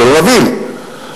שלא נבין,